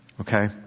Okay